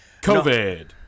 COVID